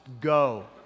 go